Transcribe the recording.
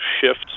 shifts